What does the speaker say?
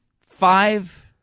five –